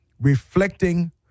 reflecting